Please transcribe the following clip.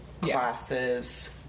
classes